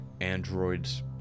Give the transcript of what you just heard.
androids